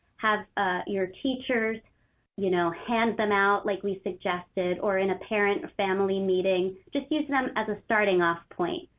have ah your teachers you know hand them out like we suggested, or in a parent or family meeting, just use them as a starting off point.